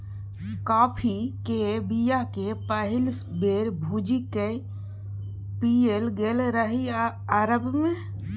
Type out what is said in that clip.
coffee केर बीया केँ पहिल बेर भुजि कए पीएल गेल रहय अरब मे